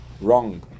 Wrong